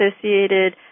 associated